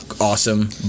Awesome